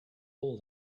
all